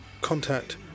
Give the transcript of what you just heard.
contact